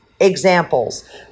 examples